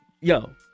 Yo